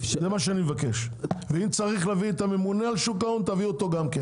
אם צריך להביא את הממונה על שוק ההון תביא גם אותו.